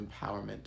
empowerment